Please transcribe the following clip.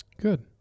Good